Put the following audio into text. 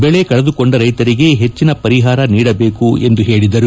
ಬೆಳೆ ಕಳೆದುಕೊಂಡ ರೈತರಿಗೆ ಹೆಚ್ಚಿನ ಪರಿಹಾರ ನೀಡಬೇಕೆಂದು ಹೇಳಿದರು